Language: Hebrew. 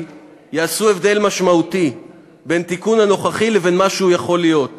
יש לנו ראש ממשלה מצוין, ממשלה טובה עם שותפים